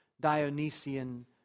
Dionysian